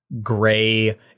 gray